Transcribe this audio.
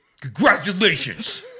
congratulations